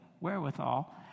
wherewithal